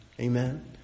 Amen